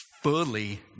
fully